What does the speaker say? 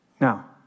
Now